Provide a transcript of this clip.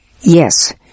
Yes